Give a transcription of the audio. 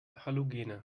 halogene